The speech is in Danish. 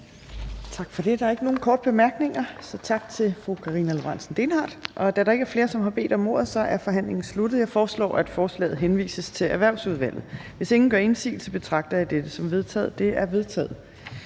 Tak for det. Der er ikke nogen korte bemærkninger, så tak til fru Karina Lorentzen Dehnhardt. Da der ikke er flere, som har bedt om ordet, er forhandlingen sluttet. Jeg foreslår, at forslaget henvises til Erhvervsudvalget. Hvis ingen gør indsigelse, betragter jeg dette som vedtaget. Det er vedtaget.